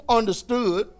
understood